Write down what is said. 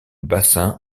bassin